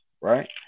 right